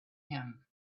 him